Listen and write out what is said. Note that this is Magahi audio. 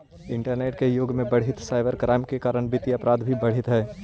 इंटरनेट के युग में बढ़ीते साइबर क्राइम के कारण वित्तीय अपराध भी बढ़ित हइ